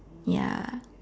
ya